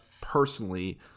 personally